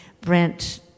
Brent